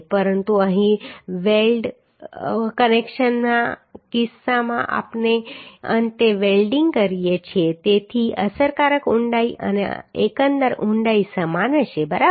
પરંતુ અહીં વેલ્ડ કનેક્શનના કિસ્સામાં આપણે અંતે વેલ્ડીંગ કરીએ છીએ તેથી અસરકારક ઊંડાઈ અને એકંદર ઊંડાઈ સમાન હશે બરાબર